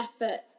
effort